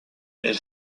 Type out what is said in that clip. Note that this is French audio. elle